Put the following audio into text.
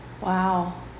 wow